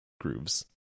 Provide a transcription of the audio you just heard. grooves